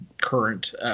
current